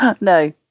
no